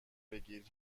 بگیر